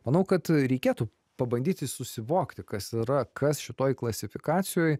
manau kad reikėtų pabandyti susivokti kas yra kas šitoj klasifikacijoj